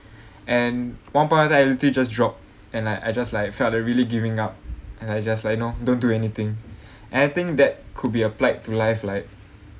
and one of the point everything just drop and I I just like felt like really giving up and I just like you know don't do anything anything and I think that could be applied to life like